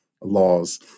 laws